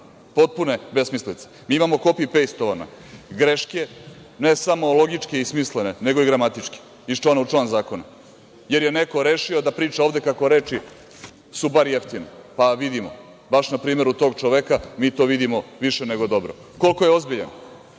Potpuna besmislica. Mi imamo copy-paste greške. Znači, ne samo logičke i smislene, nego i gramatičke iz člana u član zakona jer je neko rešio da priča ovde kako reči su bar jeftine. Pa vidimo baš na primeru tog čoveka i više nego dobro. Koliko je ozbiljan